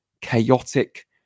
chaotic